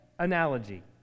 analogy